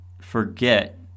forget